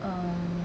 um